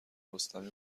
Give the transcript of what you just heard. رستمی